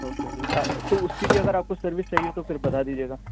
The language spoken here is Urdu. اوکے اوکے تو اس کی بھی اگر آپ کو سروس چاہیے ہو تو پھر بتا دیجیے گا